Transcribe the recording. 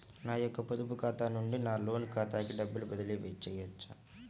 నా యొక్క పొదుపు ఖాతా నుండి నా లోన్ ఖాతాకి డబ్బులు బదిలీ చేయవచ్చా?